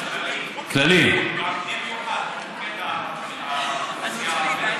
כללי, אבל במיוחד תתמקד באוכלוסייה הערבית.